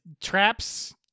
traps